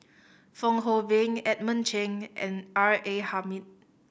Fong Hoe Beng Edmund Cheng and R A Hamid